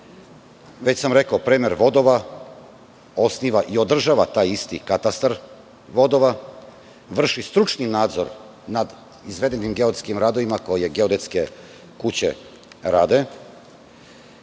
Već sam rekao: premer vodova, osniva i održava taj isti katastar vodova, vrši stručni nadzor nad izvedenim geodetskim radovima koje geodetske kuće rade. Jedna